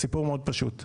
הסיפור מאוד פשוט,